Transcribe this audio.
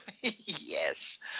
Yes